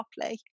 properly